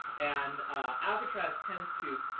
and alcatraz tends to